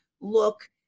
look